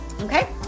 Okay